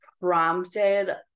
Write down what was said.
prompted